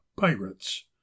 Pirates